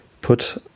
put